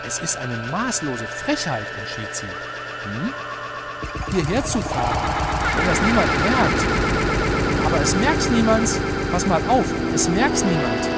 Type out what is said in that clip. es ist eine maßlose frechheit entschied sie hm hierher zu fahren wenn das niemand merkt aber es merks niemands paß mal auf es merks niemand